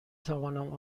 توانم